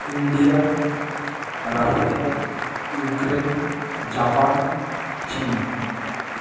India Russia Ukraine Japan চীন